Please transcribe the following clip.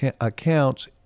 accounts